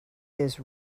his